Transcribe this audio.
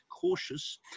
cautious